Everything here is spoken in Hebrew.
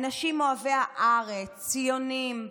אנשים אוהבי הארץ, ציונים.